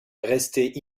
restée